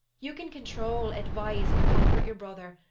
you can control, advise, and comfort your brother,